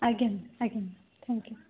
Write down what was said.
ଆଜ୍ଞା ମ୍ୟାମ୍ ଆଜ୍ଞା ma'am thank you